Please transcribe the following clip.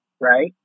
right